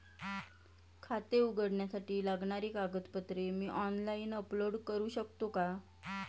खाते उघडण्यासाठी लागणारी कागदपत्रे मी ऑनलाइन अपलोड करू शकतो का?